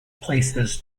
places